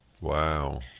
Wow